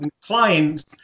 clients